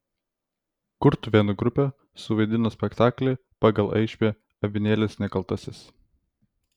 kurtuvėnų grupė suvaidino spektaklį pagal aišbę avinėlis nekaltasis